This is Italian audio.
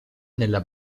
nella